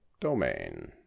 domain